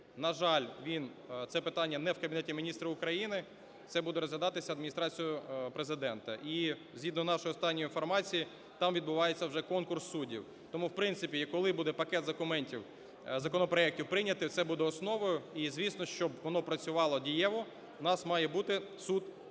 На жаль, він... це питання не в Кабінеті Міністрів України, це буде розглядатися Адміністрацією Президента. І, згідно нашої останньої інформації, там відбувається вже конкурс суддів. Тому в принципі коли буде пакет документів... законопроектів прийнятий, це буде основою. І, звісно, щоб воно працювало дієво, в нас має бути суд спеціалізований